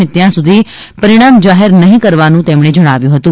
અને ત્યાં સુધી પરિણામ જાહેર નહીં કરવાનું તેમણે જણાવ્યું હતું